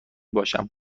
باشم